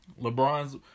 LeBron's